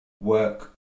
work